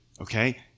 okay